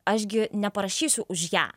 aš gi neparašysiu už ją